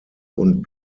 und